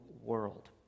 world